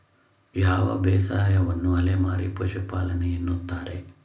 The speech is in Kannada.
ಯಾವ ಬೇಸಾಯವನ್ನು ಅಲೆಮಾರಿ ಪಶುಪಾಲನೆ ಎನ್ನುತ್ತಾರೆ?